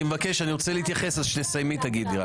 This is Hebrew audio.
אני רוצה להתייחס, אז כשתסיימי תגידי.